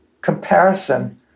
comparison